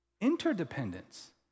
Interdependence